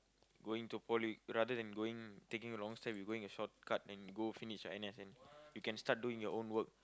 going to poly rather than going taking long step you going a shortcut go finish your N_S then you can start doing your own work